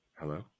Hello